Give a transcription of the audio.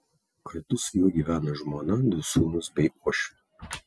kartu su juo gyvena žmona du sūnūs bei uošvė